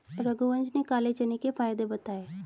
रघुवंश ने काले चने के फ़ायदे बताएँ